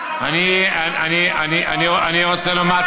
עכשיו אתם, בג"ץ, אני רוצה לומר,